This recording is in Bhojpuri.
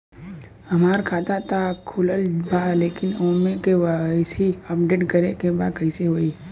हमार खाता ता खुलल बा लेकिन ओमे के.वाइ.सी अपडेट करे के बा कइसे होई?